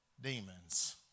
demons